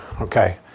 okay